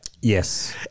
yes